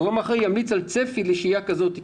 שגורם אחראי ימליץ על צפי לשהייה כזאת.